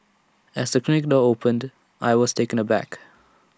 as the clinic door opened I was taken aback